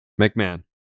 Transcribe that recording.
McMahon